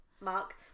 mark